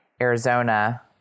Arizona